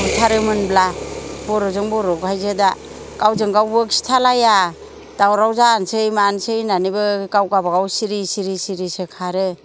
बुथारोमोनब्ला बर'जों बर'खायसो दा गावजोंगावबो खिथालाया दावराव जानसै मानसै होन्नानैबो गाव गावबागाव सिरि सिरिसो खारो